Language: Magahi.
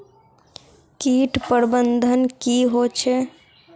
किट प्रबन्धन की होचे?